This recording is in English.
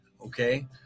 Okay